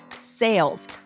sales